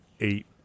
eight